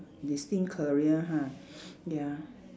destined career ha ya